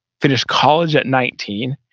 finished college at nineteen.